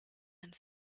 and